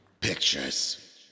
Pictures